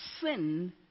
sin